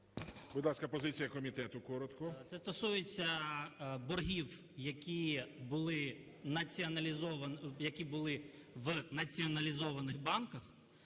Це стосується боргів, які були в націоналізованих банках,